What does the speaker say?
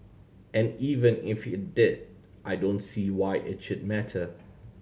and even if it did I don't see why it should matter